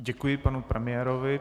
Děkuji panu premiérovi.